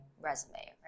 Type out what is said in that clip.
resume